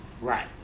Right